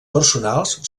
personals